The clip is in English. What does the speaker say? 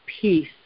peace